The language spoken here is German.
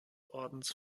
ordens